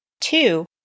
Two